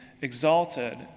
Exalted